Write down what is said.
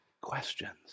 questions